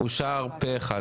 אושר פה אחד.